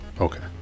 Okay